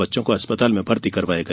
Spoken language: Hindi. बच्चों को अस्पताल में भर्ती कराया गया